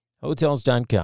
Hotels.com